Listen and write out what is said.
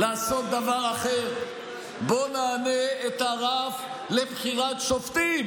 לעשות דבר אחר: בואו נעלה את הרף לבחירת שופטים